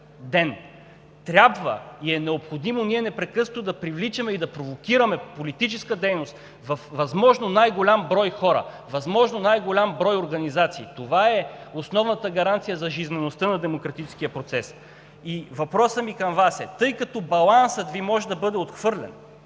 ден. Трябва и е необходимо ние непрекъснато да привличаме и да провокираме политическа дейност във възможно най-голям брой хора, възможно най-голям брой организации. Това е основната гаранция за жизнеността на демократическия процес. И въпросът ми към Вас е: тъй като балансът Ви може да бъде отхвърлен,